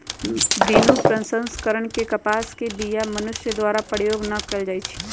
बिनु प्रसंस्करण के कपास के बीया मनुष्य द्वारा प्रयोग न कएल जाइ छइ